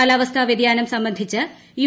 കാലാവസ്ഥാ വൃതിയാനം സംബന്ധിച്ച യു